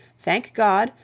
thank god,